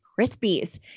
Krispies